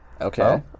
Okay